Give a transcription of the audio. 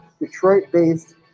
Detroit-based